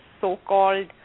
so-called